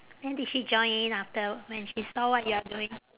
then did she join in after when she saw what you are doing